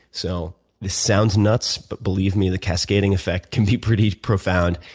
so this sounds nuts, but believe me the cascading effect can be pretty profound.